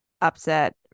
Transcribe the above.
upset